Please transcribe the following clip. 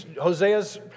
Hosea's